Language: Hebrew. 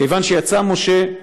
כיוון שיצא משה,